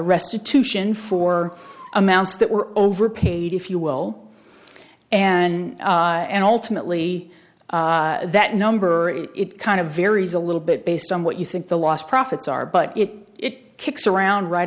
restitution for amounts that were overpaid if you will and and ultimately that number it kind of varies a little bit based on what you think the lost profits are but it kicks around right